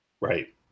right